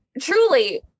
truly